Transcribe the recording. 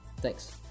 Thanks